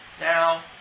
Now